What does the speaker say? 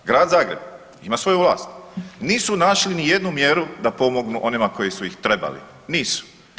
Grad Zagreb ima svoju vlast, nisu našli ni jednu mjeru da pomognu onima koji su ih trebali, nisu.